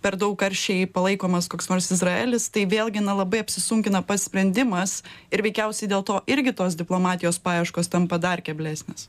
per daug aršiai palaikomas koks nors izraelis tai vėlgi labai apsisunkina pats sprendimas ir veikiausiai dėl to irgi tos diplomatijos paieškos tampa dar keblesnės